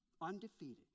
Undefeated